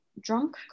drunk